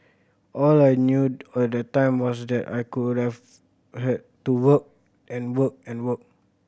all I knew at that time was that I could have had to work and work and work